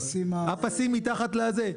הפסים מתחת לזה,